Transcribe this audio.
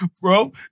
bro